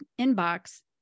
inbox